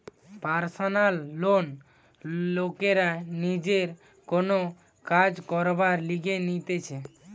personal loan লোকরা নিজের কোন কাজ করবার লিগে নিতেছে